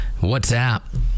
WhatsApp